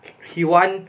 he want